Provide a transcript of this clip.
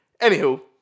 Anywho